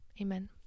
amen